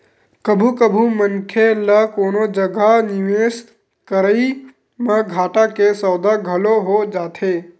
कभू कभू मनखे ल कोनो जगा निवेस करई म घाटा के सौदा घलो हो जाथे